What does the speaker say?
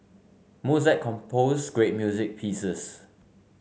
Mozart composed great music pieces